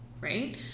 right